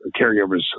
caregivers